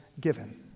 given